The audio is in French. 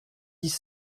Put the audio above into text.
dix